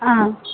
ꯑꯥ